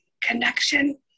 connection